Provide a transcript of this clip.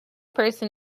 person